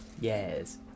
Yes